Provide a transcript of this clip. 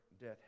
death